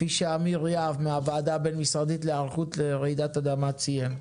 כפי שאמיר יהב מהוועדה הבין-משרדית להיערכות לרעידת אדמה ציין.